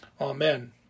Amen